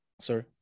Sorry